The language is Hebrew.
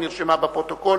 היא נרשמה בפרוטוקול,